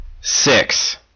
six